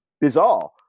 bizarre